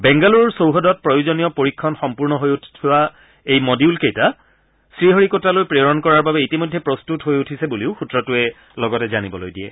বেংগালুৰুৰ চৌহদত প্ৰয়োজনীয় পৰীক্ষণ সম্পূৰ্ণ হৈ উঠা এই মডিউলকেইটা শ্ৰীহৰিকোটালৈ প্ৰেৰণ কৰাৰ বাবে ইতিমধ্যে প্ৰস্তত হৈ উঠিছে বুলিও সূত্ৰটোৰে জানিবলৈ দিয়ে